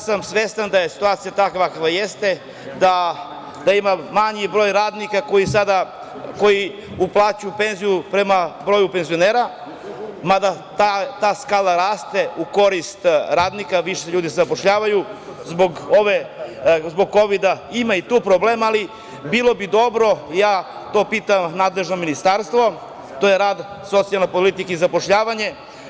Svestan sam da je situacija takva kakva jeste, da ima manji broj radnika koji sada uplaćuju penziju prema broju penzionera, mada ta skala raste u korist radnika, više ljudi se zapošljava zbog Kovida, ima i tu problema, ali bilo bi dobro, i ja to pitam nadležno ministarstvo to je Ministarstvo za rad, socijalna pitanja i zapošljavanje.